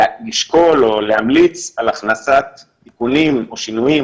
אז בוא נתחיל למנוע זיווגים שייוולדו